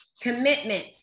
commitment